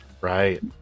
Right